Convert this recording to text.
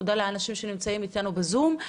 תודה לאנשים שנמצאים אתנו בזום.